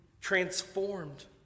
transformed